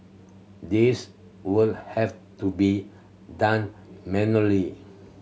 this will have to be done manually